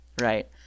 right